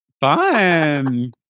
fun